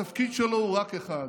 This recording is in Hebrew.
התפקיד שלו הוא רק אחד,